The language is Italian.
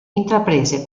intraprese